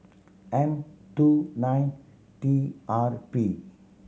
M two nine T R P